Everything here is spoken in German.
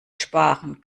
sparen